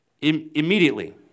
immediately